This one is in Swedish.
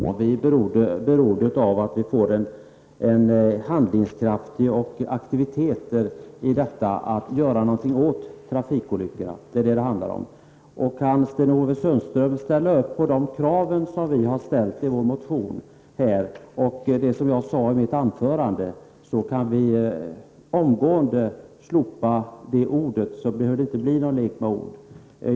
Herr talman! Sten-Ove Sundström nämnde ordet ”krisplan” och sade att det var en lek med ord. Detta är enligt min mening att förenkla saken väldigt mycket. Vi är inte så beroende av ordet ”krisplan”, vi är beroende av att vi får handlingskraft och aktiviteter när det gäller att göra någonting åt trafikolyckorna. Detta är vad det handlar om. Om Sten-Ove Sundström kan ställa upp på de krav vi har framfört i vår motion och på det som jag sade i mitt anförande, då kan vi omgående slopa ordet i fråga, då behöver det inte bli någon lek med ord.